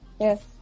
Yes